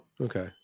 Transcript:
Okay